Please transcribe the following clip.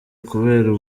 kubera